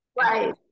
Right